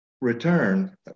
return